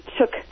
took